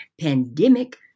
Pandemic